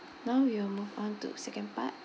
now we will move on to second part